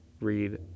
read